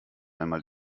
einmal